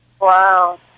Wow